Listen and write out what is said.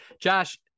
Josh